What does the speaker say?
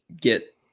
get